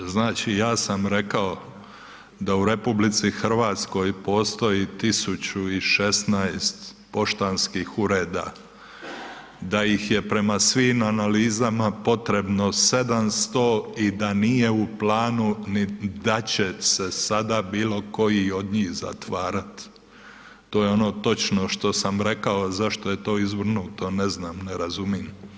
Znači, ja sam rekao da u RH postoji 1016 poštanskih ureda, da ih je prema svim analizama potrebno 700 i da nije u planu da će se sada bilo koji od njih zatvarat, to je ono točno što sam rekao, zašto je to izvrnuto ne znam, ne razumim.